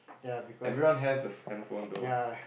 every one has a handphone though